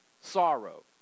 sorrow